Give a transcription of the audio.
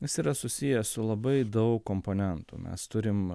jis yra susijęs su labai daug komponentų mes turim